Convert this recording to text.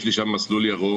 יש לי שם מסלול ירוק.